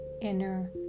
inner